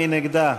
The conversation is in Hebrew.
מי נגדה?